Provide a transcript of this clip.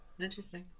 interesting